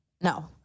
No